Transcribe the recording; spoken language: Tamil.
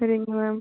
சரிங்க மேம்